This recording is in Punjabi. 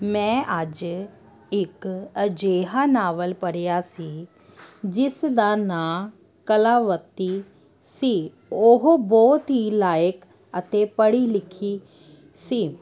ਮੈਂ ਅੱਜ ਇੱਕ ਅਜਿਹਾ ਨਾਵਲ ਪੜ੍ਹਿਆ ਸੀ ਜਿਸ ਦਾ ਨਾਂ ਕਲਾਵਤੀ ਸੀ ਉਹ ਬਹੁਤ ਹੀ ਲਾਇਕ ਅਤੇ ਪੜ੍ਹੀ ਲਿਖੀ ਸੀ